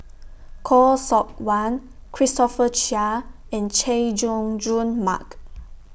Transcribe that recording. Khoo Seok Wan Christopher Chia and Chay Jung Jun Mark